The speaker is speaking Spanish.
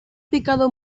picado